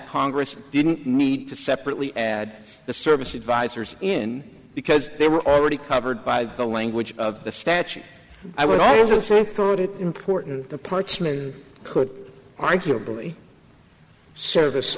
congress didn't need to separately add the service advisors in because they were already covered by the language of the statute i would also thought it important the parts could arguably service